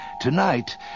Tonight